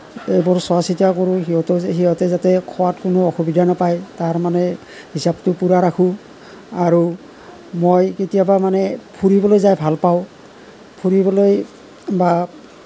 এইবোৰ চোৱা চিতা কৰোঁ সিহঁতে সিহঁতে যাতে খোৱাত কোনো অসুবিধা নাপায় তাৰমানে হিচাপটো পূৰা ৰাখো আৰু মই কেতিয়াবা মানে ফুৰিবলৈ যাই ভাল পাওঁ ফুৰিবলৈ বা